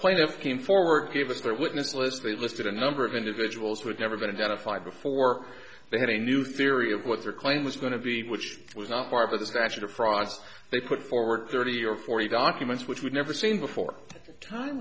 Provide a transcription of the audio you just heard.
plaintiff came forward gave us their witness list they listed a number of individuals who had never been identified before they had a new theory of what their claim was going to be which was not part of the statute of frauds they put forward thirty or forty documents which we've never seen before time